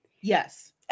Yes